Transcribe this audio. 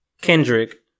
Kendrick